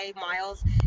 Miles